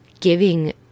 giving